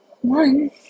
One